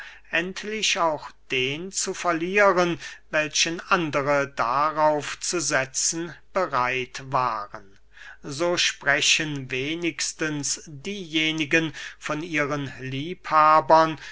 endlich auch den zu verlieren welchen andere darauf zu setzen bereit waren so sprechen wenigstens diejenigen von ihren liebhabern